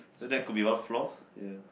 so that could be ground floor ya